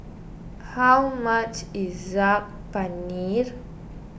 how much is Saag Paneert